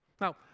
Now